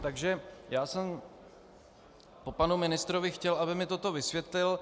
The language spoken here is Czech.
Takže já jsem po panu ministrovi chtěl, aby mi toto vysvětlil.